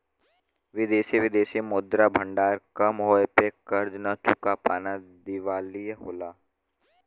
विदेशी विदेशी मुद्रा भंडार कम होये पे कर्ज न चुका पाना दिवालिया होला